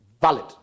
valid